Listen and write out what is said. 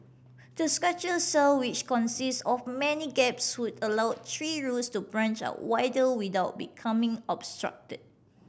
the structural cell which consist of many gaps would allow tree roots to branch out wider without becoming obstructed